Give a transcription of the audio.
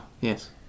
yes